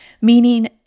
meaning